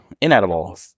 Inedible